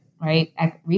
right